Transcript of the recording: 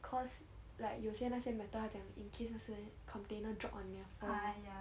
cause like 有些那些 metal 他讲 in case 那些 container drop on the floor